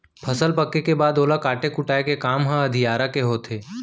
फसल पके के बाद ओला काटे कुटाय के काम ह अधियारा के होथे